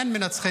מי ניצח?